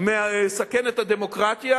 מסכן את הדמוקרטיה,